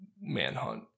manhunt